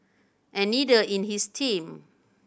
and neither in his team